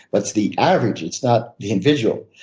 but it's the average it's not the individual.